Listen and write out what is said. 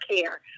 care